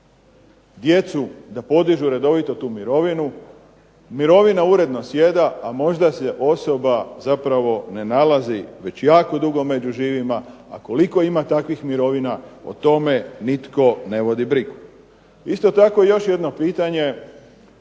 da podižu tu mirovinu. Mirovina uredno sjeda, a možda se osoba ne nalazi već jako dugo među živima, a koliko ima takvih mirovina nitko ne vodi brigu. Isto tako pitanje,